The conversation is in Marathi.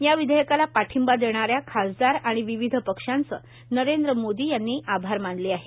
या विधेयकाला पाठिंबा देणाऱ्या खासदार आणि विविध पक्षांचे नरेंद्र मोदी यांनी आभार मानले आहेत